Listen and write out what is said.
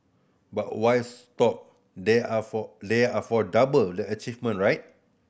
but why stop there are for there are for double the achievement right